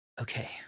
Okay